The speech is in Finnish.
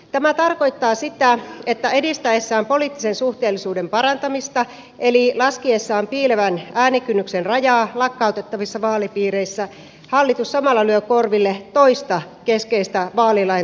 tämä tarkoittaa sitä että edistäessään poliittisen suhteellisuuden parantamista eli laskiessaan piilevän äänikynnyksen rajaa lakkautettavissa vaalipiireissä hallitus samalla lyö korville toista keskeistä vaalilain tavoitetta